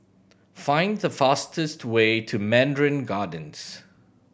find the fastest way to Mandarin Gardens